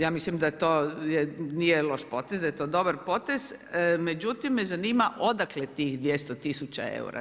Ja mislim da to nije loš potez, da je to dobar potez, međutim me zanima odakle tih 200 tisuća eura.